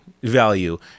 value